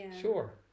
sure